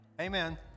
Amen